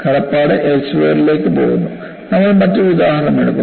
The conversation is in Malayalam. കടപ്പാട് എൽസെവിയറിലേക്ക് പോകുന്നു നമ്മൾ മറ്റൊരു ഉദാഹരണം എടുക്കുന്നു